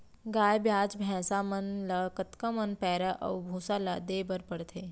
गाय ब्याज भैसा मन ल कतका कन पैरा अऊ भूसा ल देये बर पढ़थे?